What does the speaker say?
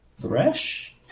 Thresh